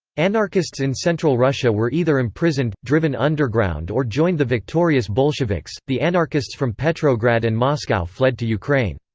anarchists in central russia were either imprisoned, driven underground or joined the victorious bolsheviks the anarchists from petrograd and moscow fled to ukraine.